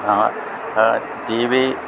TV